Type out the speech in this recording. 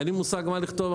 אין לי מושג מה לכתוב.